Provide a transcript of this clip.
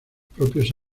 propios